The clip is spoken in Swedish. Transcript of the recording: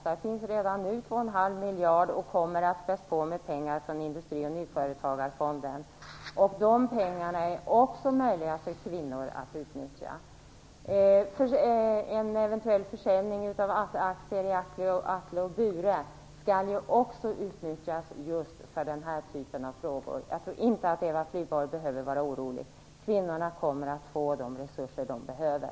Det finns redan nu 2,5 miljard som kommer späs på pengar från Industri och nyföretagarfonden. De pengarna är också möjliga för kvinnor att utnyttja. En eventuell försäljning av aktier i Atle och Bure skall också utnyttjas just för den här typen av företagande. Jag tror inte att Eva Flyborg behöver vara orolig. Kvinnorna kommer att få de resurser de behöver.